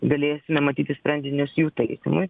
galėsime matyti sprendinius jų taisymui